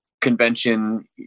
convention